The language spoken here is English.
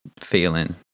feeling